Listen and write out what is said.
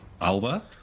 Alba